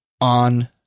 on